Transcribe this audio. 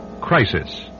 Crisis